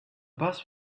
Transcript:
bus